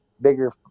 bigger